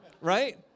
Right